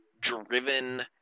driven